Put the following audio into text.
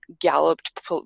galloped